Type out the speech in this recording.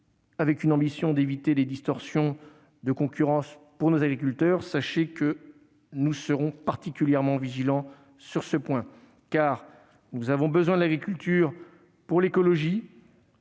créés, afin d'éviter les distorsions de concurrence pour nos agriculteurs. Sachez que nous serons particulièrement vigilants sur ce point, car nous avons besoin de l'agriculture pour l'écologie